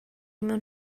mewn